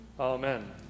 Amen